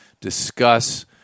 discuss –